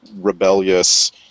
rebellious